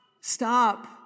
stop